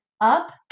up